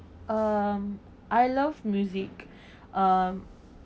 um I love music uh